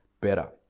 better